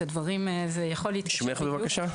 אפרת, בבקשה.